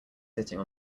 sitting